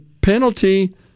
penalty